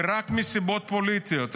ורק מסיבות פוליטיות,